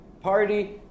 party